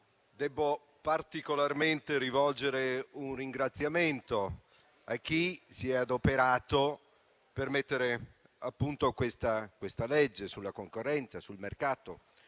devo particolarmente rivolgere un ringraziamento a chi si è adoperato per mettere a punto questa legge sulla concorrenza e sul mercato,